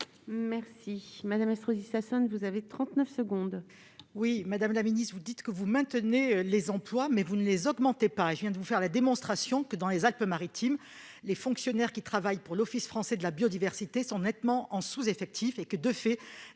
Mme Dominique Estrosi Sassone, pour la réplique. Madame la secrétaire d'État, vous dites que vous maintenez les emplois, mais vous ne les augmentez pas ! Je viens de vous faire la démonstration que, dans les Alpes-Maritimes, les fonctionnaires qui travaillent pour l'Office français de la biodiversité sont nettement en sous-effectif : de fait,